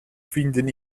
finden